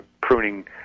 pruning